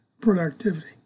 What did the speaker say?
productivity